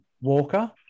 Walker